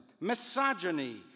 misogyny